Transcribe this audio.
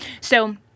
So-